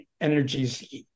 energies